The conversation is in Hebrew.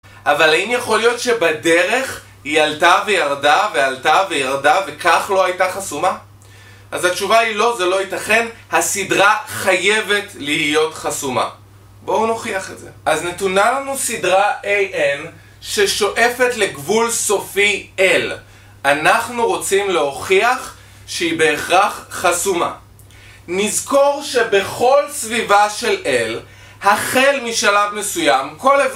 אבל אין יכול להיות שבדרך היא עלתה וירדה ועלתה וירדה וכך לא הייתה חסומה? אז התשובה היא לא זה לא ייתכן הסדרה חייבת להיות חסומה בואו נוכיח את זה אז נתונה לנו סדרה AN ששואפת לגבול סופי L אנחנו רוצים להוכיח שהיא בהכרח חסומה נזכור שבכל סביבה של L החל משלב מסוים כל הז..